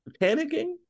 Panicking